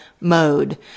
mode